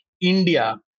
India